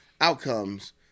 outcomes